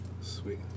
Sweet